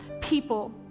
people